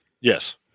Yes